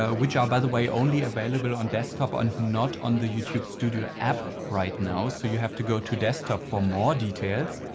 ah which are by the way only available on desktop and not on the youtube studio app right now. so you have to go to desktop for more details.